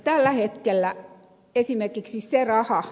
tällä hetkellä esimerkiksi kera